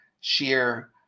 share